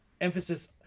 emphasis